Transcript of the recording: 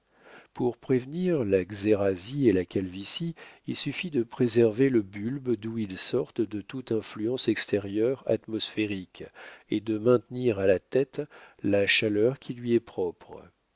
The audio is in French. pour prévenir la xérasie et la calvitie il suffit de préserver le bulbe d'où ils sortent de toute influence extérieure atmosphérique et de maintenir à la tête la chaleur qui lui est propre